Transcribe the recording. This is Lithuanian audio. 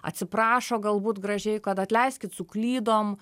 atsiprašo galbūt gražiai kad atleiskit suklydom